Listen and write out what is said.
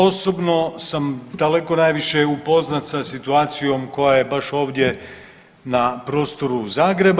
Osobno sam daleko najviše upoznat sa situacijom koja je baš ovdje na prostoru Zagreba.